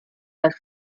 that